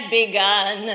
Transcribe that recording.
begun